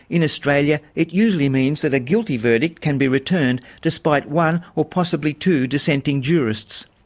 in australia it usually means that a guilty verdict can be returned despite one or possibly two dissenting jurists.